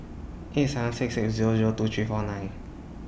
eight seven six six Zero Zero two three four nine